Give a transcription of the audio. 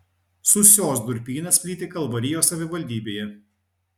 sūsios durpynas plyti kalvarijos savivaldybėje